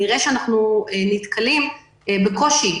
נראה שאנחנו נתקלים בקושי.